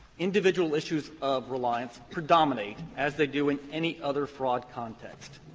individual issues of reliance predominate, as they do in any other fraud context.